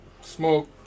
smoke